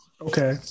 Okay